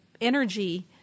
energy